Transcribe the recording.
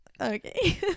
Okay